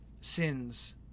sins